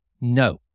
no